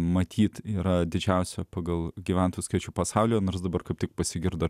matyt yra didžiausia pagal gyventojų skaičių pasaulio nors dabar kaip tik pasigirdo